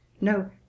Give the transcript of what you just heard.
no